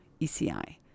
ECI